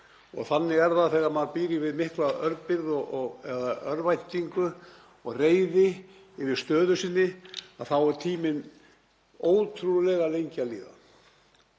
Þannig er það þegar maður býr við mikla örbirgð eða örvæntingu og reiði yfir stöðu sinni, þá er tíminn ótrúlega lengi að líða.